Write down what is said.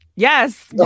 Yes